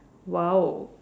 !wow!